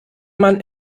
man